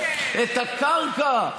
את הקרקע,